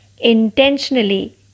intentionally